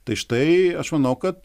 tai štai aš manau kad